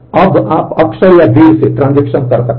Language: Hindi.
अब आप अक्सर या देर से ट्रांजेक्शन कर सकते हैं